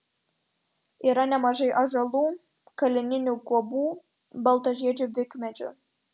yra nemažai ąžuolų kalninių guobų baltažiedžių vikmedžių